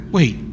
Wait